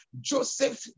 joseph